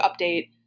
update